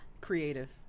creative